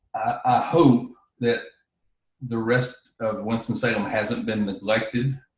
i hope that the rest of winston salem hasn't been neglected